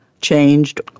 changed